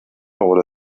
oder